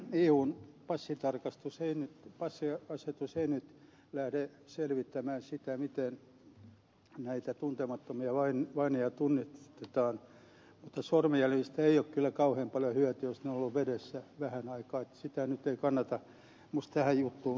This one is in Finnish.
eun passiasetus ei nyt lähde selvittämään sitä miten tuntemattomia vainajia tunnistetaan mutta sormenjäljistä ei ole kyllä kauhean paljon hyötyä jos ne ovat olleet vedessä vähän aikaa että sitä nyt ei kannata minusta tähän juttuun sotkea